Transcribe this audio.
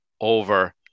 over